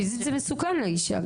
פיזית זה גם מסוכן לאישה.